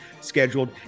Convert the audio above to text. scheduled